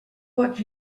but